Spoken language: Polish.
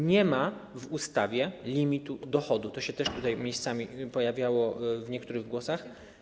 Nie ma w ustawie limitu dochodu - to się też tutaj miejscami pojawiało w niektórych wypowiedziach.